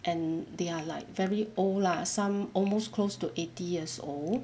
and they are like very old lah some almost close to eighty years old